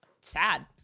sad